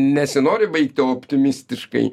nesinori baigti optimistiškai